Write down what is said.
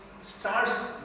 starts